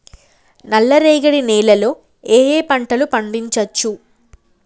నల్లరేగడి నేల లో ఏ ఏ పంట లు పండించచ్చు?